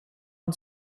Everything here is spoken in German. und